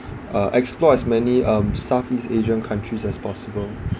uh explore as many um southeast asian countries as possible